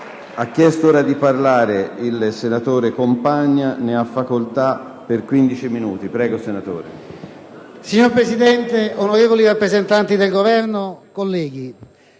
Signor Presidente, onorevoli rappresentanti del Governo, colleghi,